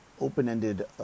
open-ended